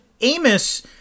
Amos